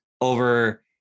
over